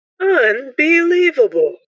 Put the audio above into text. Unbelievable